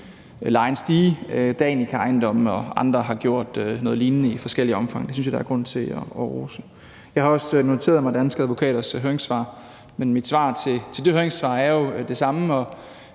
vil lade lejen stige i ejendomme ejet af Danica, og andre har gjort noget lignende i forskelligt omfang. Det synes jeg der er grund til at rose. Jeg har også noteret mig Danske Advokaters høringssvar, men mit svar til det høringssvar er jo det samme,